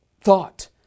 thought